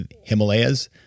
Himalayas